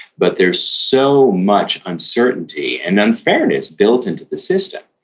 but there's so much uncertainty and unfairness built into the system,